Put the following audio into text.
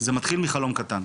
זה מתחיל מחלום קטן,